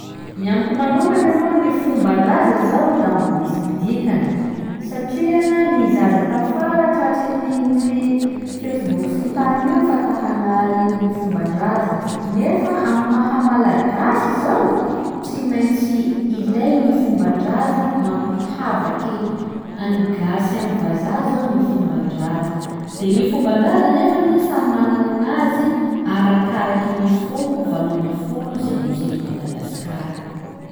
Ny amiko manokany aloha gny fomban-draza zao laha mbo misy dikany satria gny zaza tafara tratry ny igny ry fesiboky sy ny tariny io fa ta hagnary gny fomban-draza nefa amy maha Malagasy zô tsy maintsy ilaigny gny fomban-draza mampihavaky agny gasy amy vazaha zô gny fomban-draza de gny fomban-draza nefany samy manany gny gnazy arakaraky gny foko valo ambifolo izay misy eto Madagasikara.